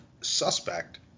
suspect